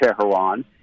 Tehran